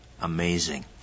Amazing